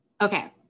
Okay